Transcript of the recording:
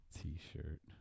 t-shirt